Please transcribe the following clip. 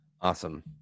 Awesome